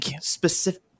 specific